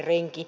puhemies